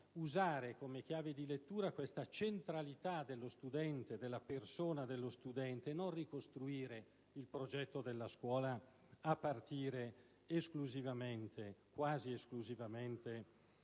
come chiave di lettura questa centralità della persona dello studente e non ricostruire il progetto della scuola a partire quasi esclusivamente